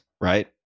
right